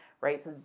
right